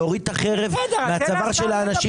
להוריד את החרב מהצוואר של האנשים.